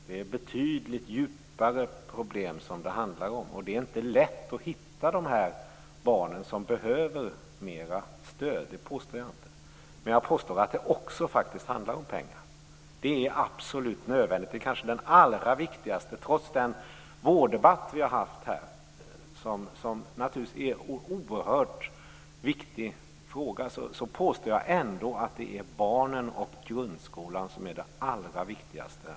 Det handlar om betydligt djupare problem. Det är inte lätt att hitta de barn som behöver mera stöd; det påstår jag inte. Däremot påstår jag att det faktiskt också handlar om pengar. Trots den vårddebatt som vi har haft - vården är naturligtvis en oerhört viktig fråga - påstår jag att det är barnen och grundskolan som är allra viktigast.